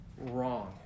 Wrong